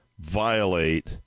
violate